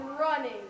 running